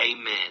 amen